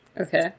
Okay